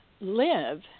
live